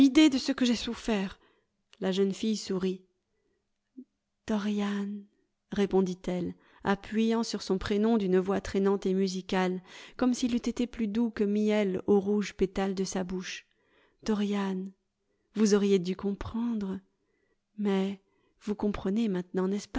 de ce que j'ai souffert la jeune fdle sourit dorian répondit-elle appuyant sur son prénom d'une voix traînante et musicale comme s'il eût été plus doux que miel aux rouges pétales de sa bouche dorian vous auriez dû comprendre mais vous comprenez maintenant